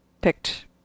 picked